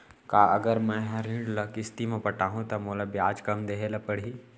का अगर मैं हा ऋण ल किस्ती म पटाहूँ त मोला ब्याज कम देहे ल परही?